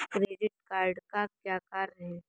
Credit card का क्या कार्य है?